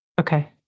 Okay